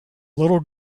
little